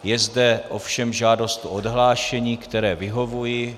Je zde ovšem žádost o odhlášení, které vyhovuji.